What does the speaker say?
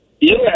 Yes